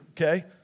okay